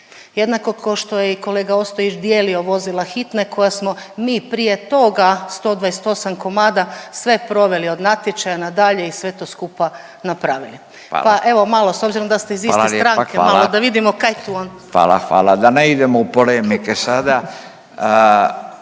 Jednako košto je i kolega Ostojić dijelio vozila hitne koja smo mi prije toga 128 komada sve proveli od natječaja nadalje i sve to skupa napravili…/Upadica Radin: Hvala./…. Pa evo malo s obzirom da ste iz iste stranke…/Upadica Radin: Hvala lijepa./… malo da